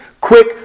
quick